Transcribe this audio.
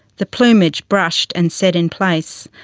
the plumage brushed and set in place,